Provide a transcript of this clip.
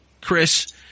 Chris